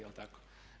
Jel' tako?